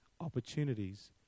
opportunities